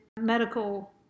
medical